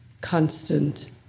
constant